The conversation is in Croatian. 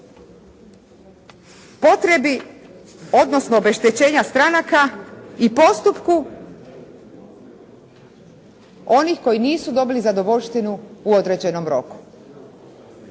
potrebi odnosno obeštećenja stranaka i postupku onih koji nisu dobili zadovoljštinu u određenom roku.